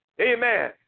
Amen